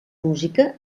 música